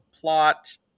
plot